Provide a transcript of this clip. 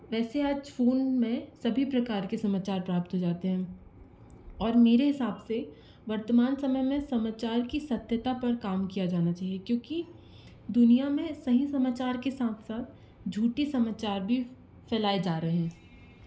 वैसे आज फोन में सभी प्रकार के समाचार प्राप्त हो जाते हैं और मेरे हिसाब से वर्तमान समय में समाचार की सत्यता पर काम किया जाना चाहिए क्योंकि दुनिया में सही समाचार के साथ साथ झूठी समाचार भी फैलाए जा रहे हैं